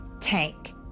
Tank